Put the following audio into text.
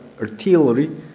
artillery